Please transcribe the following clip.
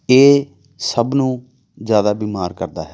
ਇਹ ਸਭ ਨੂੰ ਜ਼ਿਆਦਾ ਬਿਮਾਰ ਕਰਦਾ ਹੈ